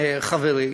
חברי,